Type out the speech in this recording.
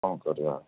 କ'ଣ କରିବା ଆଉ